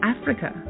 Africa